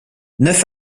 neuf